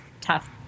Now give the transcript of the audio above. tough